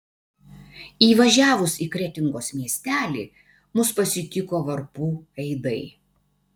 įvažiavus į kretingos miestelį mus pasitiko varpų aidai